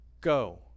Go